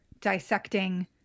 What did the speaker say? dissecting